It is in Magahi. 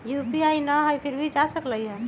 यू.पी.आई न हई फिर भी जा सकलई ह?